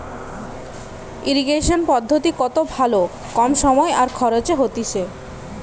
irrigation পদ্ধতি কত ভালো কম সময় আর খরচে হতিছে